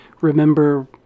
remember